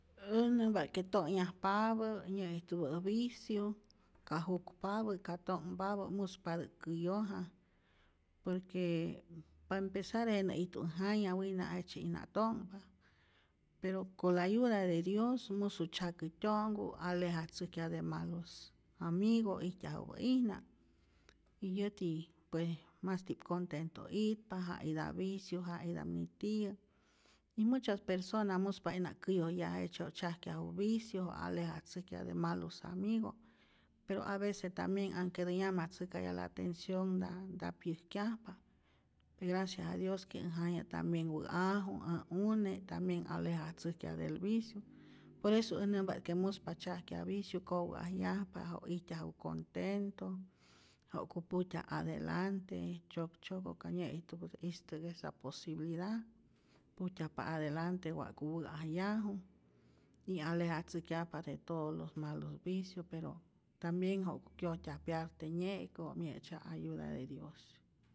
Äj nämpa't que to'nhyajpapä, nyä'ijtupä vicio, ka jukpapä, ka to'nhpapä muspatä'k käyoja, por que pa empezar jenä ijtu äj jaya, wina jejtzye'ijna to'nhpa pero con la ayuda de dios musu tzyakä tyo'nhku, alejatzäjkyaj de malos amigo ijtyajupä'ijna y yäti pues masti'p contento itpa, ja ita'p vicio, ja ita'p nitiyä, y muchas persona muspa'ijna käyojyaj jejtzye wa'ku tzyajkyaju vicio, alejatzäjkyaj de malos amigo, pero avece tambien anhketä yamatzäjkayaj la atencion nta nta pyäjkyajpa, gracias a dios que äj jaya tambien wä'aju, ä une tambien alejatzäjkyaj del vicio, por eso äj nämpa't que muspa tzyäjkyaj vicio, kowä'ajyajpa ja ijtyaju contento, ja'ku pujtyaj adelante, koktzyoko ka nyä'ijtupätä'k'istä esa posibilida' pujtyajpa adelante wa'ku wä'ajyaju, y alejatzäjkyajpa de todo los malos vicios pero tambien ja'ku kyojtyaj pyarte nye'kä wa' mye'tzya' ayude de dios.